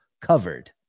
Covered